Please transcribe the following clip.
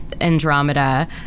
Andromeda